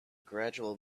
gradual